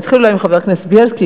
אני אתחיל אולי עם חבר הכנסת בילסקי,